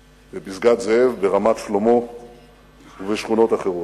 בפסגת-זאב, ברמת-שלמה ובשכונות אחרות.